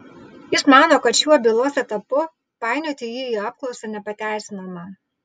jis mano kad šiuo bylos etapu painioti jį į apklausą nepateisinama